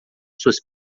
suas